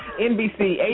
NBC